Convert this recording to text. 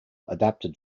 adapted